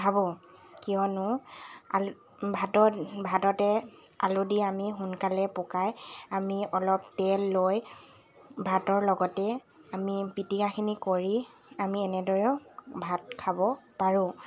ভাবো কিয়নো আলু ভাতত ভাততে আলু দি আমি সোনকালে পকাই আমি অলপ তেল লৈ ভাতৰ লগতে আমি পিটিকাখিনি কৰি আমি এনেদৰেও ভাত খাব পাৰোঁ